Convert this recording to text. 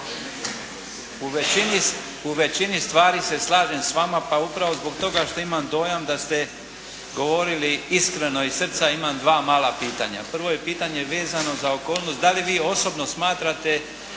U većini stvari se slažem s vama, pa upravo zbog toga što imam dojam da ste govorili iskreno i iz srca, imam dva mala pitanja. Prvo je pitanje vezano za okolnost da li vi osobno smatrate